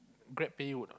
Grab pay you or not